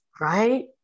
right